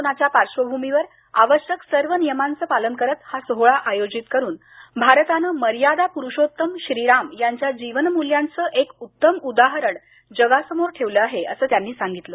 कोरोनाच्या पार्श्वभूमीवर आवश्यक सर्व नियमांचं पालन करत हा सोहळा आयोजीत करून भारतानं मर्यादा पुरुषोत्तम श्रीराम यांच्या जीवन मूल्यांचं एक उत्तम उदाहरण जगासमोर ठेवलं आहे असं त्यांनी सांगितलं